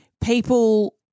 people